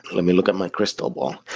let me look at my crystal ball.